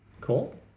Cool